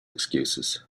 excuses